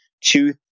two